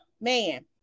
man